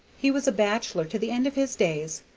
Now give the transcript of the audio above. he was a bachelor to the end of his days,